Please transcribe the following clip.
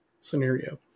scenario